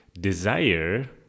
desire